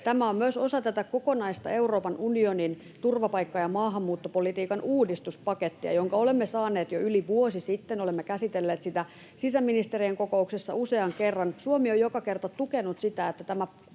Tämä on myös osa tätä kokonaista Euroopan unionin turvapaikka- ja maahanmuuttopolitiikan uudistuspakettia, jonka olemme saaneet jo yli vuosi sitten — olemme käsitelleet sitä sisäministeriön kokouksessa usean kerran. Suomi on joka kerta tukenut sitä, että tämä